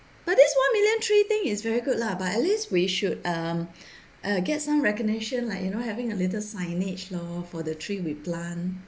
but this one million tree thing is very good lah but at least we should um uh get some recognition like you know like having a little signage lor for the tree we plant